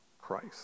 Christ